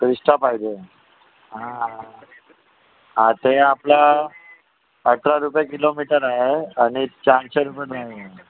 Crysta पाहिजे हा हा ते आपलं अठरा रुपये किलोमीटर आहे आणि चारशे रुपये ड्राईव्हर हे